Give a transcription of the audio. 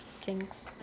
Jinx